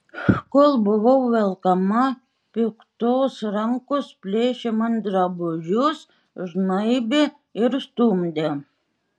kol buvau velkama piktos rankos plėšė man drabužius žnaibė ir stumdė